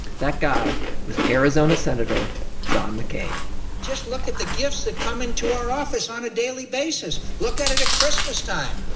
that guy was arizona senator john mccain just look at the gifts that come into our office on a daily basis. look at it at christmas time.